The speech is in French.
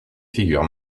figures